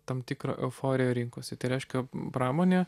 tam tikrą euforiją rinkose tai reiškia pramonė